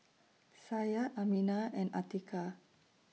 Syah Aminah and Atiqah